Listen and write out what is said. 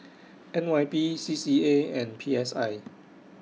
N Y P C C A and P S I